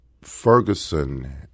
Ferguson